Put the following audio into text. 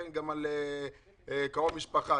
וכן גם על קרוב משפחה.